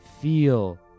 Feel